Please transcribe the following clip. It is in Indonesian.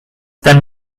dan